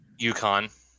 UConn